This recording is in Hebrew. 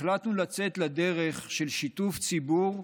החלטנו לצאת לדרך של שיתוף ציבור,